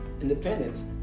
independence